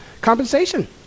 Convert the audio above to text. compensation